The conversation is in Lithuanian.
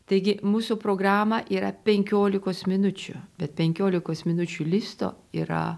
taigi mūsų programa yra penkiolikos minučių bet penkiolikos minučių listo yra